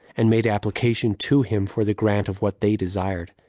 and made application to him for the grant of what they desired.